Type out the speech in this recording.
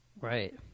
Right